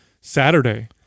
Saturday